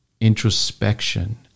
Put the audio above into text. introspection